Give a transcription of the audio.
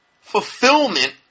fulfillment